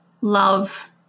love